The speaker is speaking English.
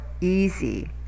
easy